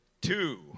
two